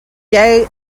gay